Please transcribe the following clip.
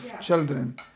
children